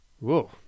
Whoa